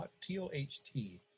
T-O-H-T